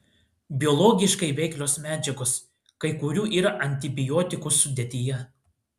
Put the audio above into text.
biologiškai veiklios medžiagos kai kurių yra antibiotikų sudėtyje